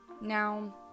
Now